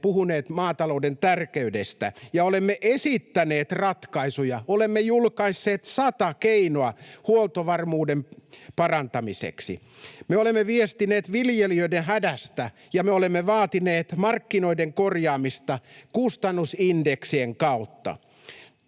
puhuneet maatalouden tärkeydestä, ja olemme esittäneet ratkaisuja. Olemme julkaisseet sata keinoa huoltovarmuuden parantamiseksi. Me olemme viestineet viljelijöiden hädästä, ja me olemme vaatineet markkinoiden korjaamista kustannusindeksien kautta.